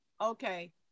okay